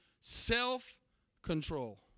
self-control